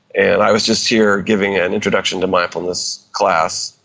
and i was just here giving an introduction to mindfulness class.